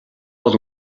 бол